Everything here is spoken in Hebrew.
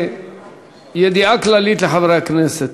ידיעה כללית לחברי הכנסת,